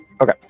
Okay